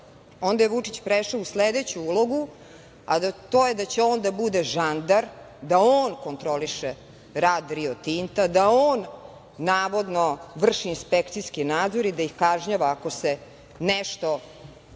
onda je Vučić prešao u sledeću ulogu, a to je da će on da bude žandar, da on kontroliše rad „Rio Tinta“, da on navodno vrši inspekcijski nadzor i da ih kažnjava, ako se nešto